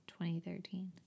2013